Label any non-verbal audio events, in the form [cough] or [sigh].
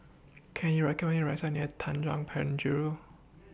Can YOU recommend Me A Restaurant near Tanjong Penjuru [noise]